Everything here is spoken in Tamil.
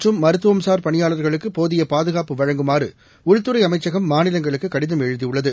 மற்றம் மருத்துவம்சார் பணியாளர்களுக்குபோதியபாதுகாப்பு மருத்குவம் வழங்குமாறுஉள்துறைஅமைச்சகம் மாநிலங்களுக்குகடிதம் எழுதியுள்ளது